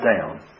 down